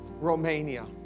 Romania